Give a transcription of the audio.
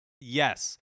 Yes